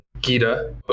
gita